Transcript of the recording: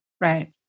right